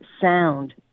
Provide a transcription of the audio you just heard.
sound